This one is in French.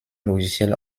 logiciel